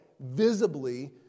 visibly